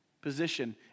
position